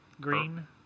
Green